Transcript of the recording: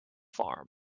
farm